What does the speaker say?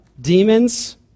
demons